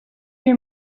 your